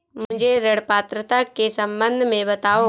मुझे ऋण पात्रता के सम्बन्ध में बताओ?